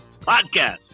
podcast